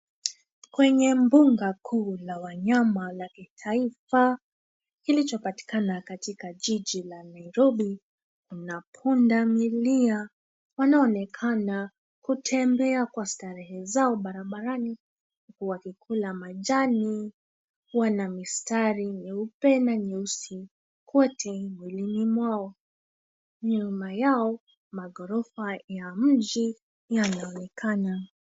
Kwenye mbuga kuu la wanyama la kitaifa kilichopatikana katika jiji la Nairobi, kuna punda milia wanaonekana kutembea kwa starehe zao barabarani huku wakikula majani. Wana mistari nyeupe na nyeusi kwote mwilini mwao. Nyuma yao magorofa ya mji yanaonekana.